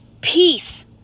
peace